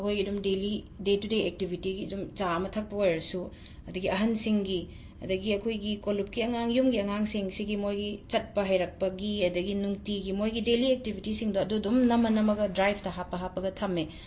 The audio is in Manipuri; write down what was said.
ꯑꯩꯈꯣꯏꯒꯤ ꯗꯨꯝ ꯗꯦꯂꯤ ꯗꯦ ꯇꯨ ꯗꯦ ꯑꯦꯛꯇꯤꯕꯤꯇꯤꯒꯤ ꯖꯨꯝ ꯆꯥ ꯑꯃ ꯊꯛꯄ ꯑꯣꯏꯔꯁꯨ ꯑꯗꯒꯤ ꯑꯍꯟꯁꯤꯡꯒꯤ ꯑꯗꯒꯤ ꯑꯩꯈꯣꯏꯒꯤ ꯀꯣꯂꯨꯞꯀꯤ ꯑꯉꯥꯡ ꯌꯨꯝꯒꯤ ꯑꯉꯥꯡꯁꯤꯡꯁꯤꯒꯤ ꯃꯣꯏꯒꯤ ꯆꯠꯄ ꯍꯩꯔꯛꯄꯒꯤ ꯑꯗꯒꯤ ꯅꯨꯡꯇꯤꯒꯤ ꯃꯣꯏꯒꯤ ꯗꯦꯂꯤ ꯑꯦꯛꯇꯤꯕꯤꯇꯤꯁꯤꯡꯗꯣ ꯑꯗꯣ ꯑꯗꯨꯝ ꯅꯝꯃ ꯅꯝꯃꯒ ꯗ꯭ꯔꯥꯏꯞꯇ ꯍꯥꯄ ꯍꯥꯞꯄꯒ ꯊꯝꯃꯦ